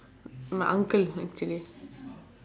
my uncle actually